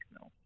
No